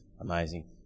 Amazing